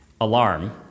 alarm